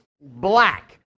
black